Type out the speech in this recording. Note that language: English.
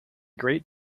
great